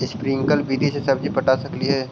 Sprinkle विधि से सब्जी पटा सकली हे?